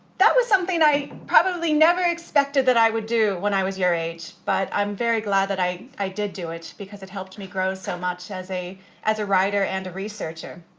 that was something i probably never expected that i would do when i was your age, but i'm very glad that i i did do it because it helped me grow so much as a as a writer and a researcher.